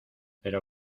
pero